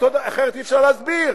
אחרת אי-אפשר להסביר.